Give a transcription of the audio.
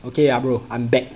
okay ah bro I'm back